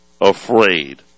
afraid